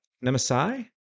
Nemesis